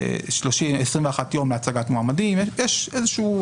יש 21 יום להצגת מועמדים, יש איזשהו לוז מסוים.